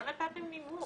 לא נתתם נימוק.